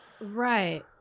Right